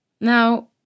Now